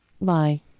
Bye